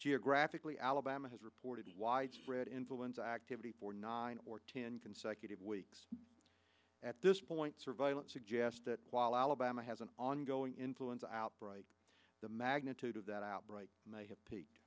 geographically alabama has reported widespread influenza activity for nine or ten consecutive weeks at this point surveillance suggest that while alabama has an ongoing influenza outbreak the magnitude of that outbreak may have peaked